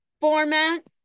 format